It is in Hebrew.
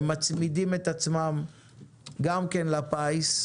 הם מצמידים את עצמם גם כן לפיס,